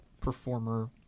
performer